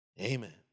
Amen